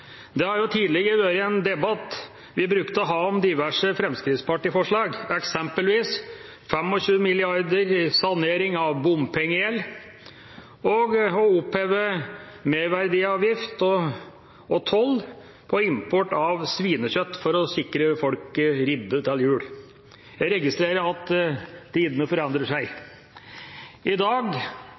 Det har tidligere vært en debatt vi brukte å ha om diverse Fremskrittsparti-forslag, eksempelvis 25 mrd. kr til saldering av bompengegjeld og å oppheve merverdiavgift og toll på import av svinekjøtt for å sikre folk ribbe til jul. Jeg registrerer at tidene forandrer seg. I dag